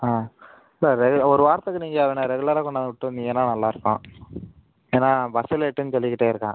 ஆ sir ரெகு ஒரு வாரத்துக்கு நீங்கள் அவனை ரெகுலராக கொண்டாந்து விட்டு வந்தீங்கன்னால் நல்லா இருக்கும் ஏன்னா பஸ்ஸு லேட்டுன்னு சொல்லிக்கிட்டே இருக்கான்